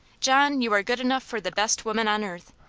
john, you are good enough for the best woman on earth.